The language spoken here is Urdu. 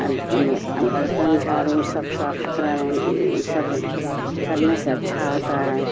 برتن جھاڑو یہ سب صاف ستھرا رہ یہ سب کرنے سے اچھا ہوتا ہے